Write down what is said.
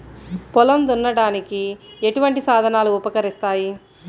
పొలం దున్నడానికి ఎటువంటి సాధనలు ఉపకరిస్తాయి?